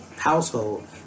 household